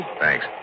Thanks